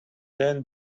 then